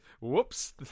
Whoops